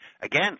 Again